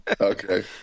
Okay